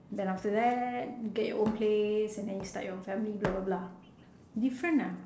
then after that get your own place and then you start your own family blah blah blah different ah